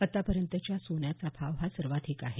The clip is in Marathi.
आतापर्यंतचा सोन्याचा भाव हा सर्वाधिक आहे